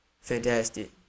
fantastic